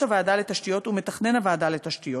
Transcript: הוועדה לתשתיות ומתכנן הוועדה לתשתיות,